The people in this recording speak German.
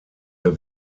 der